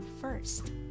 first